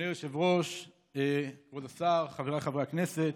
אדוני היושב-ראש, כבוד השר, חבריי חברי הכנסת,